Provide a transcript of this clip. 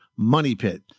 MONEYPIT